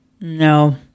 no